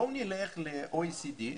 בואו נלך ל-OECD,